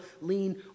lean